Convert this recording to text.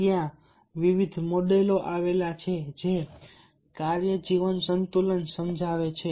અને ત્યાં વિવિધ મોડેલો છે જે કાર્ય જીવન સંતુલન સમજાવે છે